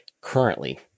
currently